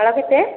ମାଳ କେତେ